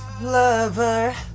lover